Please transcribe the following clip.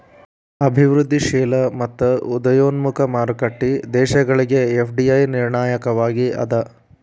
ಅಭಿವೃದ್ಧಿಶೇಲ ಮತ್ತ ಉದಯೋನ್ಮುಖ ಮಾರುಕಟ್ಟಿ ದೇಶಗಳಿಗೆ ಎಫ್.ಡಿ.ಐ ನಿರ್ಣಾಯಕವಾಗಿ ಅದ